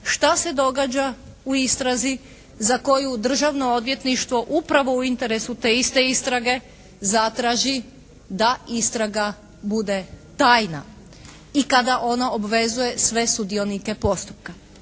šta se događa u istrazi za koju Državno odvjetništvo upravo u interesu te iste istrage zatraži da istraga bude tajna i kada ona obvezuje sve sudionike postupka.